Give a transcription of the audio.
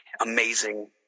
amazing